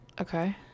Okay